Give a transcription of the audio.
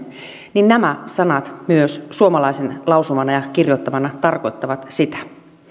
niin nämä sanat myös suomalaisen lausumana ja kirjoittamana tarkoittavat sitä